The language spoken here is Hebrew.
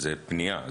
זה פנייה,